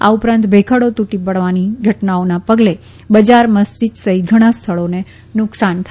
આ ઉપરાંત ભેખડો તૂટી પડવાની ઘટનાઓના પગલે બજાર મસ્જીદ સહિત ઘણાં સ્થળોને નુકસાન થયાં છે